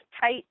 tight